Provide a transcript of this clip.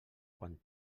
quan